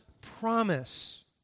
promise